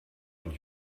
und